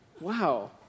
wow